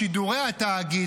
בשירותי התאגיד